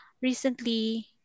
recently